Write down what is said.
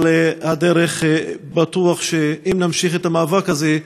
אבל אם נמשיך את המאבק הזה,